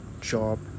job